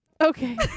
Okay